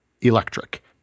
Electric